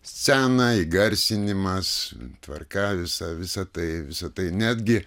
scena įgarsinimas tvarka visa visa tai visa tai netgi